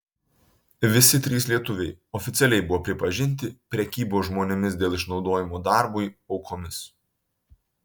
visi trys lietuviai oficialiai buvo pripažinti prekybos žmonėmis dėl išnaudojimo darbui aukomis